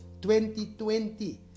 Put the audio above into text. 2020